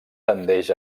tendeix